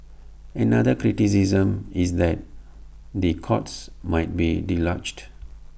another criticism is that the courts might be deluged